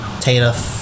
Tina